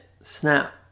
snap